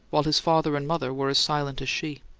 while his father and mother were as silent as she.